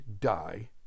die